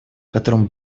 которым